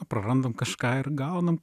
prarandam kažką ir gaunam